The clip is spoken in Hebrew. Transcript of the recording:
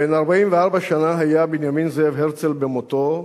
בן 44 שנה היה בנימין זאב הרצל במותו,